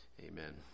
Amen